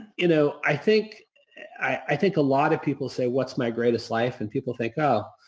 you know i think i think a lot of people say, what's my greatest life? and people think, oh,